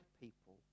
people